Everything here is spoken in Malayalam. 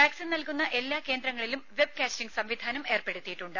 വാക്സിൻ നൽകുന്ന എല്ലാ കേന്ദ്രങ്ങളിലും വെബ് കാസ്റ്റിങ് സംവിധാനം ഏർപ്പെടുത്തിയിട്ടുണ്ട്